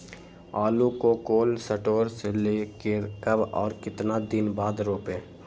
आलु को cold store से ले के कब और कितना दिन बाद रोपे?